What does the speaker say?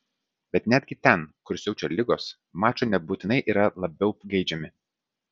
bet netgi ten kur siaučia ligos mačo nebūtinai yra labiau geidžiami